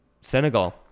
Senegal